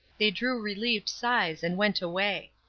they drew relieved sighs and went away.